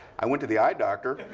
i went to the eye doctor.